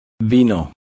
Vino